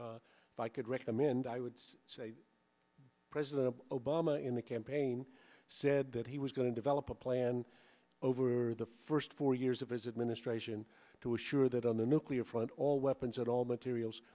i could recommend i would say president obama in the campaign said that he was going to develop a plan over the first four years of his administration to assure that on the nuclear front all weapons at all materials